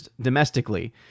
domestically